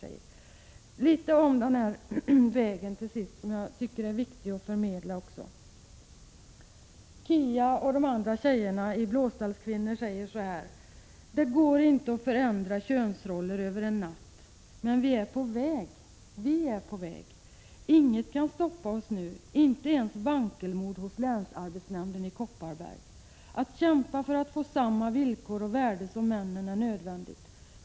Jag tycker också att det är viktigt att förmedla litet om detta vägval. Kia och de andra tjejerna i Blåställskvinnor säger så här: ”Det går inte att förändra könsroller över en natt. Men vi är på väg, inget kan stoppas oss nu. Inte ens vankelmod hos länsarbetsnämnden. Att kämpa för att få samma villkor och värde som männen är nödvändigt.